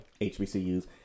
HBCUs